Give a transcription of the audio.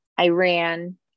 Iran